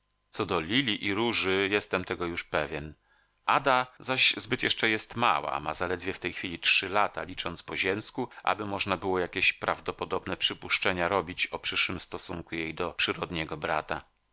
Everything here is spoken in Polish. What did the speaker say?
co do lili i róży jestem tego już pewien ada zaś zbyt jeszcze jest mała ma zaledwie w tej chwili trzy lata licząc po ziemsku aby można jakieś prawdopodobne przypuszczenia robić o przyszłym stosunku jej do przyrodniego brata